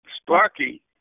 Sparky